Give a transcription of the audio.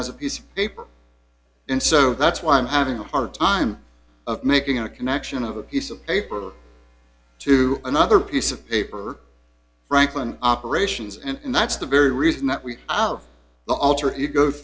as a piece of paper and so that's why i'm having a hard time of making a connection of a piece of paper to another piece of paper franklin operations and that's the very reason that we have the alter ego